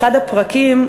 אחד הפרקים,